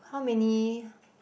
how many